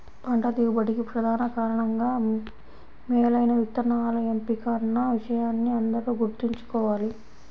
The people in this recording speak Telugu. పంట దిగుబడికి ప్రధాన కారణంగా మేలైన విత్తనాల ఎంపిక అన్న విషయాన్ని అందరూ గుర్తుంచుకోవాలి